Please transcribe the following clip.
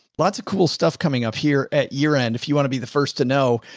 lots of cool stuff coming up here at year end. if you want to be the first to know,